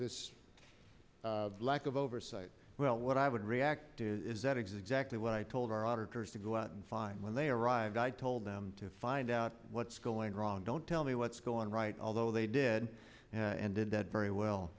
this lack of oversight well what i would react is that exactly what i told our auditors to go out and find when they arrived i told them to find out what's going wrong don't tell me what's go on right although they did and did that very well